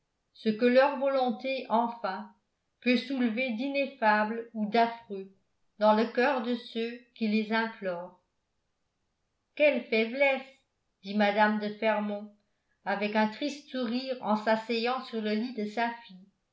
ce que leur volonté enfin peut soulever d'ineffable ou d'affreux dans le coeur de ceux qui les implorent quelle faiblesse dit mme de fermont avec un triste sourire en s'asseyant sur le lit de sa fille